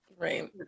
right